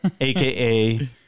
aka